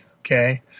okay